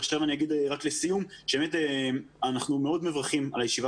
רק לסיום אני אגיד שאנחנו מאוד מברכים על הישיבה